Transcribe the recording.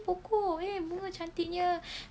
pokok eh bunga cantiknya